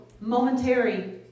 momentary